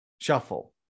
Shuffle